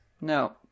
No